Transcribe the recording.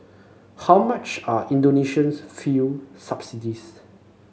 how much are Indonesia's fuel subsidies